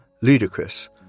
ludicrous